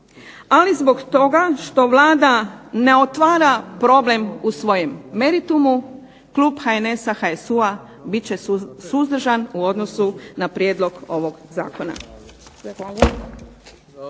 ali zbog toga što Vlada ne otvara problem u svojem meritumu klub HNS-a, HSU-a bit će suzdržan u odnosu na prijedlog ovog zakona.